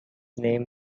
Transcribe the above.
name